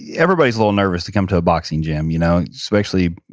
yeah everybody's a little nervous to come to a boxing gym, you know especially,